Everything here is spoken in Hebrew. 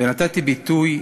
ונתתי ביטוי